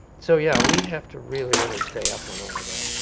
so yeah, we have to really, really stay up on all of that.